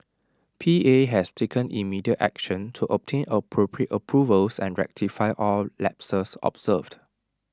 P A has taken immediate action to obtain appropriate approvals and rectify all lapses observed